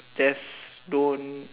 just don't